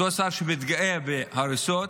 אותו שר שמתגאה בהריסות,